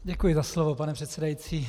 Děkuji za slovo, pane předsedající.